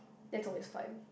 that's always fine